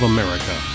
America